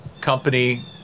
company